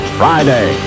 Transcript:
friday